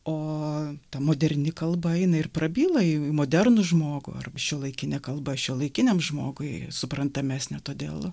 o ta moderni kalba eina ir prabyla į modernų žmogų ar šiuolaikine kalba šiuolaikiniam žmogui suprantamesnė todėl